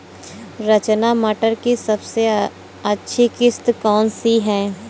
रचना मटर की सबसे अच्छी किश्त कौन सी है?